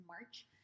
March